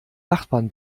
nachbarn